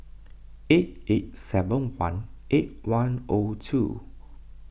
eight eight seven one eight one O two